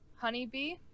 Honeybee